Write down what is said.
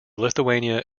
lithuania